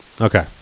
Okay